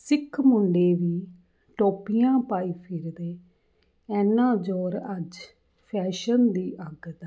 ਸਿੱਖ ਮੁੰਡੇ ਵੀ ਟੋਪੀਆਂ ਪਾਈ ਫਿਰਦੇ ਇੰਨਾ ਜ਼ੋਰ ਅੱਜ ਫੈਸ਼ਨ ਦੀ ਅੱਗ ਦਾ